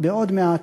בעוד מעט,